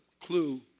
Clue